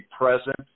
present